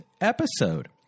episode